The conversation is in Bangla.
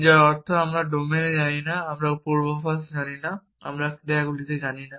যার অর্থ আমরা ডোমেন জানি না আমরা পূর্বাভাস জানি না আমরা ক্রিয়াগুলি জানি না